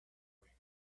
way